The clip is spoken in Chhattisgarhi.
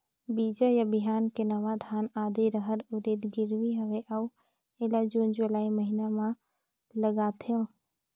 बीजा या बिहान के नवा धान, आदी, रहर, उरीद गिरवी हवे अउ एला जून जुलाई महीना म लगाथेव?